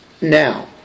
Now